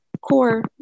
CORE